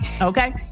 Okay